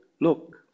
Look